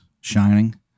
shining